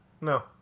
No